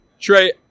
Trey